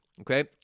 Okay